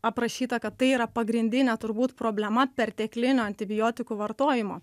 aprašyta kad tai yra pagrindinė turbūt problema pertekliniu antibiotikų vartojimu